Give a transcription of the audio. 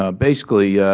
ah basically,